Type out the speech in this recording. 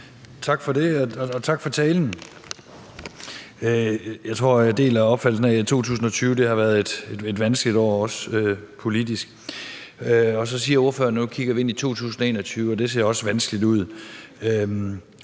Tak for det, og tak for talen. Jeg tror, jeg deler opfattelsen af, at 2020 har været et vanskeligt år også politisk. Og så siger ordføreren, at nu kigger vi ind i 2021, og at det også ser vanskeligt ud.